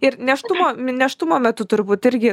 ir nėštumo nėštumo metu turbūt irgi